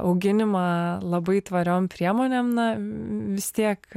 auginimą labai tvariom priemonėm na vis tiek